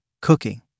cooking